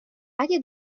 اگه